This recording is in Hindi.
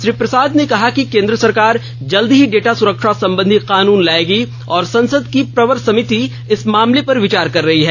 श्री प्रसाद ने कहा कि केन्द्र सरकार जल्द ही डेटा सुरक्षा संबंधी कानून लाएगी और संसद की प्रवर समिति इस मामले पर विचार कर रही है